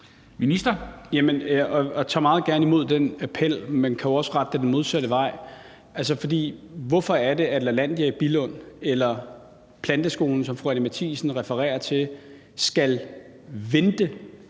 Jeg tager meget gerne imod den appel, men kan jo også rette den den modsatte vej. For hvorfor er det, at Lalandia i Billund eller planteskolerne, som fru Anni Matthiesen refererer til, skal vente